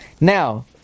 Now